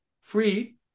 free